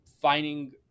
finding